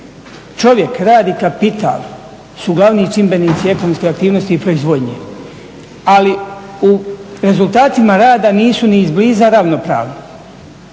čovjek radi, kapital su glavni čimbenici ekonomske aktivnosti i proizvodnje. Ali u rezultatima rada nisu ni izbliza ravnopravni